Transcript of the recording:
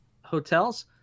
hotels